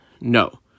no